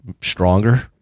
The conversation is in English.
stronger